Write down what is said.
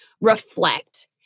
reflect